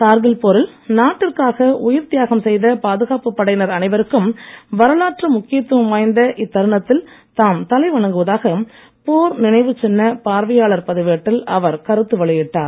கார்கில் போரில் நாட்டிற்காக உயிர் தியாகம் செய்த பாதுகாப்பு படையினர் அனைவருக்கும் வரலாற்று முக்கியத்துவம் வாய்ந்த இத்தருணத்தில் தாம் தலை வணங்குவதாக போர் நினைவுச் சின்ன பார்வையாளர் பதிவேட்டில் அவர் கருத்து வெளியிட்டார்